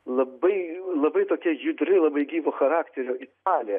labai labai tokia judri labai gyvo charakterio italė